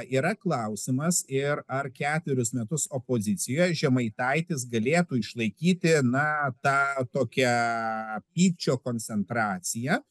yra klausimas ir ar keturius metus opozicijoj žemaitaitis galėtų išlaikyti na tą tokią pykčio koncentraciją